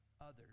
others